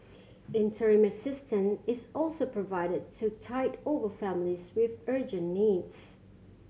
interim assistance is also provided to tide over families with urgent needs